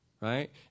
right